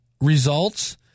results